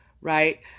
right